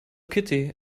kitty